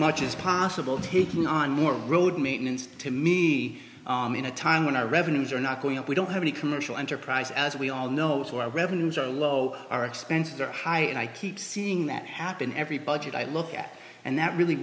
much as possible taking on more road maintenance to me in a time when our revenues are not going up we don't have any commercial enterprise as we all know so our revenues are low our expenses are high and i keep seeing that happen every budget i look at and that really